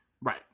Right